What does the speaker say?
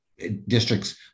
district's